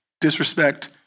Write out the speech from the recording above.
Disrespect